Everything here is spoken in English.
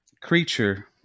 creature